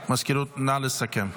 מזכירות, נא לסכם.